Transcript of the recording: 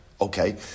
Okay